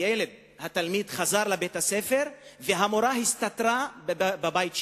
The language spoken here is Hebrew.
התלמיד חזר לבית-הספר, והמורה הסתתרה בבית שלה,